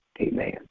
Amen